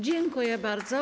Dziękuję bardzo.